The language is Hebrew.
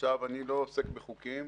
אני לא עוסק בחוקים.